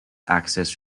access